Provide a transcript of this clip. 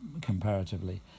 comparatively